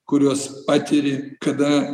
kuriuos patiri kada